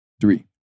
three